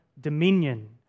dominion